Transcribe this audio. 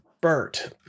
Bert